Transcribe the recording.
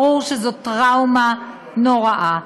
ברור שזאת טראומה נוראה.